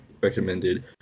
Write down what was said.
recommended